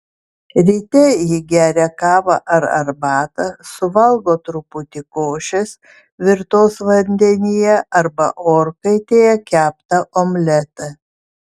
ryte ji geria kavą ar arbatą suvalgo truputį košės virtos vandenyje arba orkaitėje keptą omletą